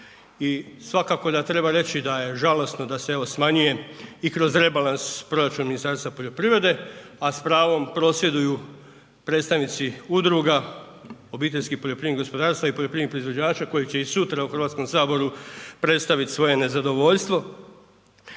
i svakako da treba reći da je žalosno da se evo smanjuje i kroz rebalans proračun Ministarstva poljoprivrede, a s pravom prosvjeduju predstavnici udruga OPG-ova i poljoprivrednih proizvođača koji će i sutra u HS predstavit svoje nezadovoljstvo,